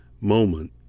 moment